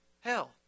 Hell